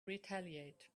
retaliate